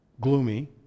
gloomy